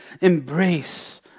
embrace